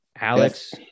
Alex